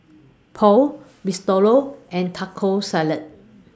Pho Risotto No and Taco Salad